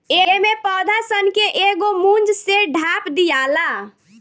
एमे पौधा सन के एगो मूंज से ढाप दियाला